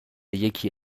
یکی